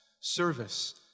service